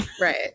Right